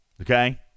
okay